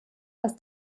was